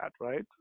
right